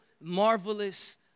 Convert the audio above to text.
marvelous